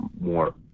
more